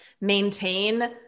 maintain